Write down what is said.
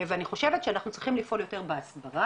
ואני חושבת שאנחנו צריכים לפעול יותר בהסברה